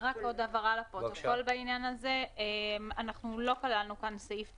רק עוד הבהרה לפרוטוקול בעניין הזה: אנחנו לא כללנו כאן סעיף תחילה.